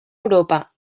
europa